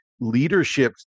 leadership